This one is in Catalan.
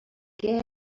què